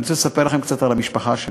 אני רוצה לספר לכם קצת על המשפחה שלי.